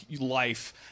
life